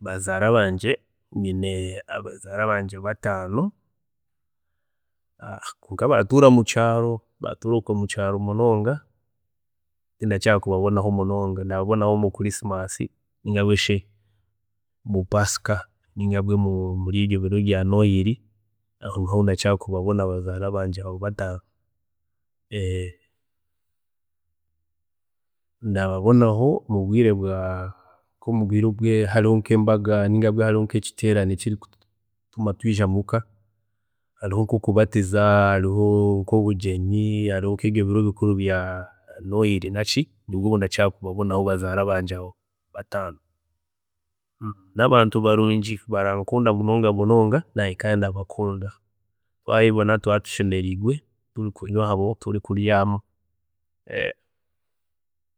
﻿Abazaara bangye, nyine abazaara bangye bataano, kwonka baratuura mukyaaro, baratuura okwe mukyaaro munonga, tindakira kubabonaho munonga, ndababonaho mu christmas ninga shi mu pasika, ninga bwe omuri ebyo biro bya nohiri aho niho ndakira kubabona abo bazaara bangye abo bataano, ndababonaho nkomubwiire bw'embaga ninga bwe hariho nk'ekiteerane, kuguma twiija muuka hariho nkokubatiza, hariho nkobugyenyi hariho nk'ebyo biro bikuru bya nohiri naki, nibwe ndakira kubabona abo bazaara bangye abo bataano, nabantu barungi, ndabakunda munong munonga nanye kandi barankunda, tabugana turaba tushemeriirwe turi kurya hamwe turi kunywa hamwe